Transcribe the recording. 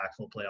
playoff